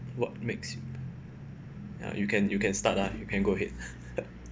what makes ya you can you can start lah you can go ahead